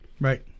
Right